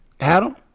Adam